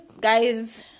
guys